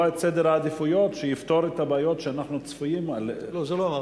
את סדר העדיפויות שיפתור את הבעיות שאנחנו צפויים להן.